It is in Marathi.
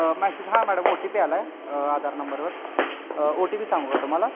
मॅसेज हा मॅडम ओ टी पी आला आहे आधार नंबरवर ओ टी पी सांगू का तुम्हाला